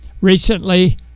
Recently